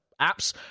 apps